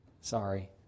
sorry